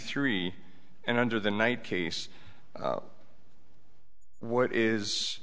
three and under the night case what is